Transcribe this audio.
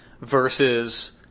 versus